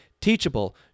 Teachable